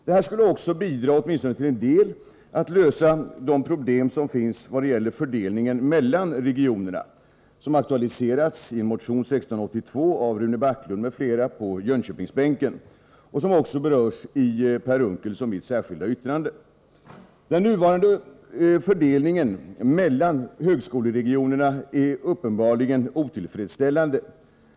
Det skulle även, åtminstone till en del, bidra till att lösa de problem som finns vad gäller fördelningen mellan regionerna, som aktualiserats i motion 1682 av Rune Backlund m.fl. ledamöter på Jönköpingsbänken och som också berörs i Per Unckels och mitt särskilda yttrande. Den nuvarande fördelningen mellan högskoleregionerna är uppenbarligen otillfredsställande.